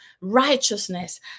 righteousness